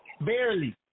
Barely